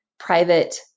private